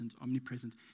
omnipresent